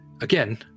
Again